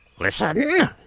Listen